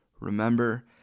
remember